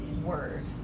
word